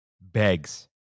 begs